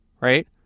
Right